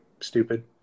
stupid